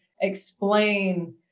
explain